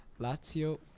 Lazio